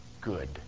Good